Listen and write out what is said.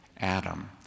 Adam